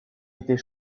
était